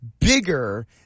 bigger